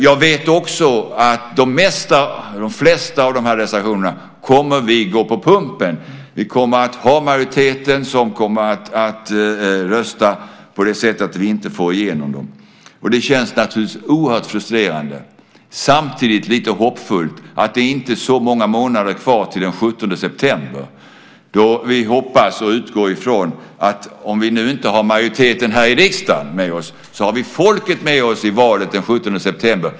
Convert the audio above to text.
Jag vet också att vi kommer att gå på pumpen när det gäller de flesta av de här reservationerna. Majoriteten kommer att rösta på ett sådant sätt att vi inte får igenom dem. Det känns naturligtvis oerhört frustrerande, men det är samtidigt lite hoppfullt att det inte är så många månader kvar till den 17 september. Om vi nu inte har majoriteten här i riksdagen med oss så hoppas och utgår vi ifrån att vi har folket med oss i valet den 17 september.